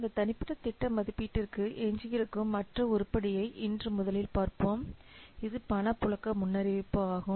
இந்த தனிப்பட்ட திட்ட மதிப்பீட்டிற்கு எஞ்சியிருக்கும் மற்ற உருப்படியை இன்று முதலில் பார்ப்போம் இது பணப்புழக்க முன்னறிவிப்பு ஆகும்